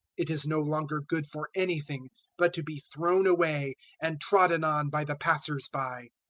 it is no longer good for anything but to be thrown away and trodden on by the passers by.